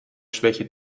schwäche